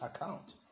account